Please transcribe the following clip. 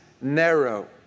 narrow